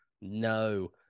No